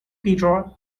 peter